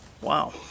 Wow